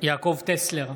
יעקב טסלר,